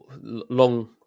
long